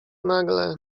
nagle